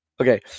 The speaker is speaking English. Okay